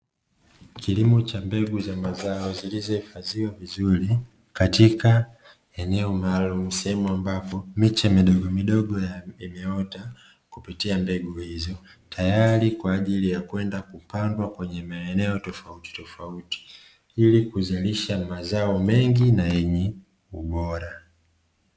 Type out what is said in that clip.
Kilimo cha mbegu za mazao zilichohifadhiwa vizuri katika eneo malumu, sehemu ambapo miche midogomidogo imeota kupitia mbegu hizo tayari kwa ajili ya kwenda kupandwa kwenye maeneo tofautitofauti ili kuzalisha mazao mengi na yenye ubora.